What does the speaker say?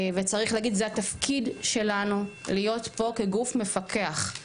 וצריך להגיד זה התפקיד שלנו להיות פה כגוף מפקח,